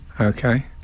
okay